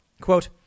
Quote